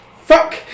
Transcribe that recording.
Fuck